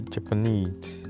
Japanese